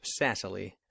sassily